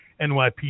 nypd